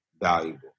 valuable